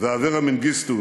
ואברה מנגיסטו,